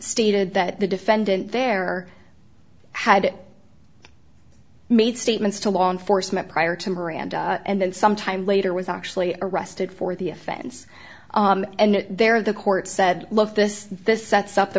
stated that the defendant there had made statements to law enforcement prior to miranda and then sometime later was actually arrested for the offense and there the court said look this this sets up the